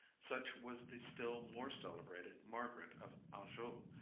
such was the still more celebrated margaret of anjou,